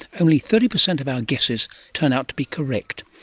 only thirty percent of our guesses turn out to be correct.